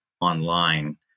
online